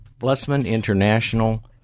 BlessmanInternational